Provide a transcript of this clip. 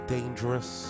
Dangerous